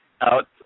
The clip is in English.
out